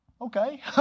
okay